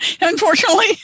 Unfortunately